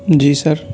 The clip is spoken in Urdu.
جی سر